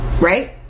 right